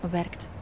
werkt